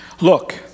Look